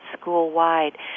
school-wide